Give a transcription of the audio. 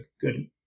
good